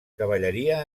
cavalleria